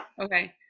Okay